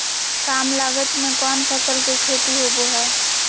काम लागत में कौन फसल के खेती होबो हाय?